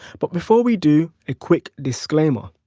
but before we do, a quick disclaimer.